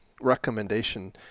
recommendation